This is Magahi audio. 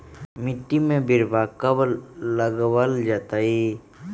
मिट्टी में बिरवा कब लगवल जयतई?